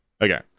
Okay